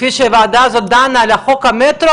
כפי שהוועדה הזאת דנה על חוק המטרו,